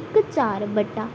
ਇੱਕ ਚਾਰ ਵਟਾ